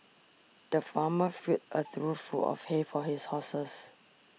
the farmer filled a trough full of hay for his horses